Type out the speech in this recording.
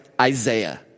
Isaiah